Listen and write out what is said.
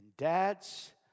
Dads